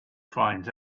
finds